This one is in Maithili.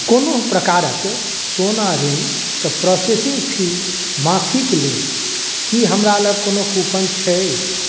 कोनो प्रकारके सोना ऋणके प्रोसेसिङ्ग फी माफी लेल कि हमरा लग कोनो कूपन छै